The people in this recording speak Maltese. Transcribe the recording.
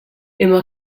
imma